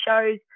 shows